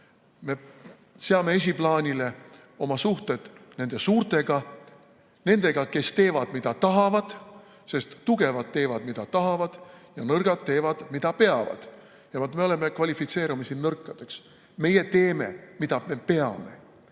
Me seame esiplaanile oma suhted nende suurtega – nendega, kes teevad, mida tahavad –, sest tugevad teevad, mida tahavad, ja nõrgad teevad, mida peavad. Ja vaat siin me kvalifitseerume nõrkadeks. Meie teeme, mida me peame.